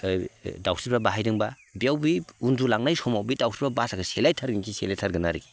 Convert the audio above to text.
दाउस्रिफ्रा बाहैदोंबा बेयावबो बै उन्दुलांनाय समाव बे दाउस्रिफ्रा बासाखौ सेलायथारगोनखि सेलायथारगोन आरो